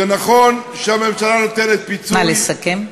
זה נכון שהממשלה נותנת פיצוי, נא לסכם.